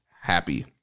Happy